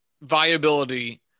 viability